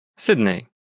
Sydney